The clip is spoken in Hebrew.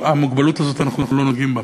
המוגבלות הזו, אנחנו לא נוגעים בה,